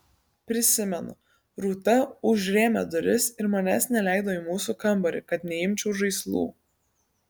prisimenu rūta užrėmė duris ir manęs neleido į mūsų kambarį kad neimčiau žaislų